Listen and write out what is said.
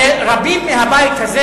הרי רבים מהבית הזה,